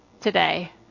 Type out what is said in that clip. today